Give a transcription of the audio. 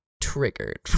triggered